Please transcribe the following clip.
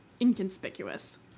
inconspicuous